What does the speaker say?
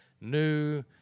new